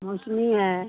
मौसम्बी है